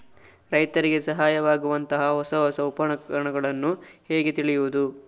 ರೈತರಿಗೆ ಸಹಾಯವಾಗುವಂತಹ ಹೊಸ ಹೊಸ ಉಪಕರಣಗಳನ್ನು ಹೇಗೆ ತಿಳಿಯುವುದು?